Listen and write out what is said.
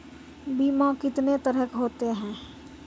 बीमा कितने तरह के होते हैं?